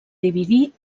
dividí